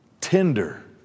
tender